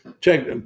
check